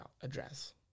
address